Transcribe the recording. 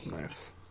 Nice